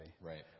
right